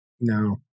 No